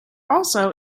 also